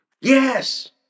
yes